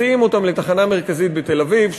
מסיעים אותם לתחנה המרכזית בתל-אביב,